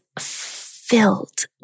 filled